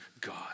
God